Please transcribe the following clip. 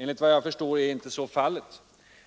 Enligt vad jag förstår är så inte fallet.